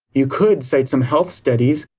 you could cite some health studies,